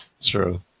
True